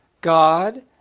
God